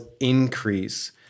increase